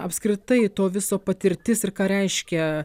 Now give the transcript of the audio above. apskritai to viso patirtis ir ką reiškia